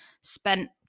spent